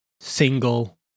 single